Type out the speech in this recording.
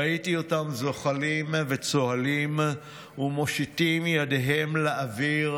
ראיתי אותם זוחלים וצוהלים ומושיטים את ידיהם לאוויר,